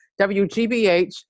WGBH